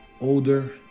older